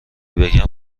بگم